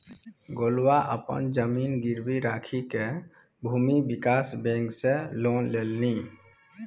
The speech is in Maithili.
गोलुआ अपन जमीन गिरवी राखिकए भूमि विकास बैंक सँ लोन लेलनि